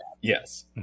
yes